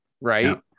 right